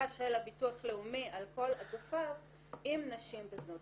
של ביטוח לאומי על כל אגפיו עם נשים בזנות.